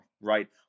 right